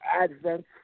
Advent